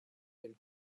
tels